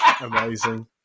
amazing